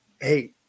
hey